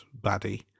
baddie